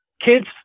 Kids